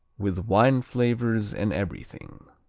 with wine flavors and everything.